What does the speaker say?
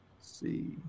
see